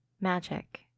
magic